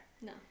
no